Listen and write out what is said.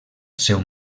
seu